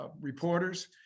reporters